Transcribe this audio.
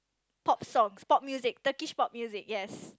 pop songs pop music Turkish pop music yes